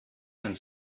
and